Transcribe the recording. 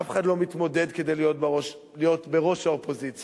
אף אחד לא מתמודד כדי להיות בראש האופוזיציה,